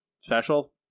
special